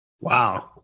Wow